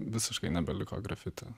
visiškai nebeliko grafiti